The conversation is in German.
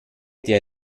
der